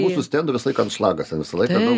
mūsų stendro visą laiką anšlagas ten visą laiką